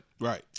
Right